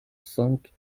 cinq